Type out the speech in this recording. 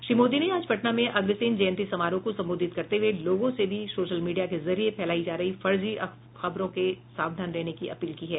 श्री मोदी ने आज पटना में अग्रसेन जयंती समारोह को संबोधित करते हुए लोगों से भी सोशल मीडिया के जरिये फैलाई जा रही फर्जी खबरों से सावधान रहने की अपील की है